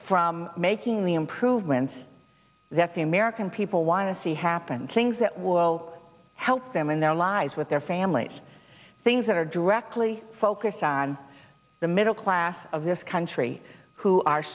from making the improvements that the american people want to see happen things that will help them in their lives with their families things that are directly focused on the middle class of this country who are